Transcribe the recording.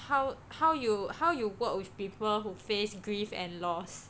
how how you how you work with people who face grief and loss